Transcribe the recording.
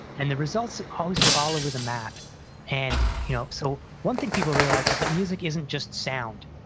and the results always were all over the map and you know so one thing people realize is that music isn't just sound.